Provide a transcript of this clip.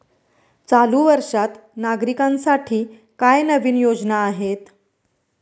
चालू वर्षात नागरिकांसाठी काय नवीन योजना आहेत?